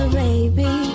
baby